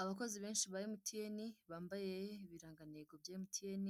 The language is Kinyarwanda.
Abakozi benshi ba MTN, bambaye ibirangantego bya MTN